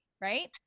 right